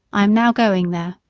i am now going there.